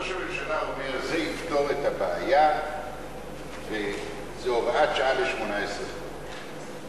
ראש הממשלה אומר: זה יפתור את הבעיה וזו הוראת שעה ל-18 חודש.